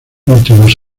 últimos